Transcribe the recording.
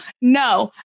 no